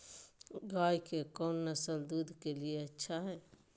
गाय के कौन नसल दूध के लिए अच्छा है?